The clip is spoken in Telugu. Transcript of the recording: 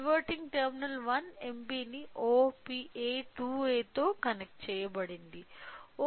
ఇన్వర్టింగ్ టెర్మినల్ 1 mb ని OPA 2A తో కనెక్టు చెయ్యబడింది